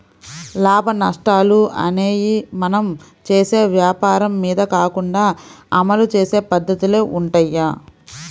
లాభనష్టాలు అనేయ్యి మనం చేసే వ్వాపారం మీద కాకుండా అమలు చేసే పద్దతిలో వుంటయ్యి